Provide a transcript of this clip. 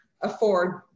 afford